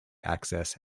access